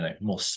more